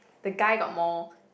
the guy got more